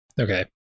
okay